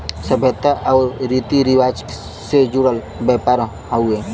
सभ्यता आउर रीती रिवाज से जुड़ल व्यापार हउवे